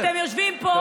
אתם יושבים פה,